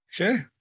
Okay